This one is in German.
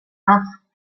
acht